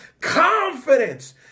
confidence